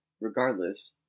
regardless